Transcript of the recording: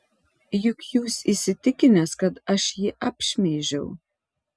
juk jūs įsitikinęs kad aš jį apšmeižiau